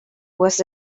was